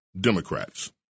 Democrats